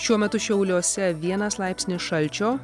šiuo metu šiauliuose vienas laipsnis šalčio